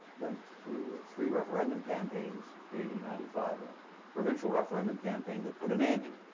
been through three referendum campaigns eighty, ninety five and a provincial referendum campaign that put an end,